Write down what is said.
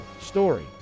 Story